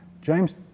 James